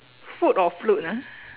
food or fruit ah